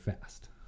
fast